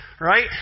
right